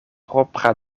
propra